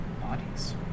bodies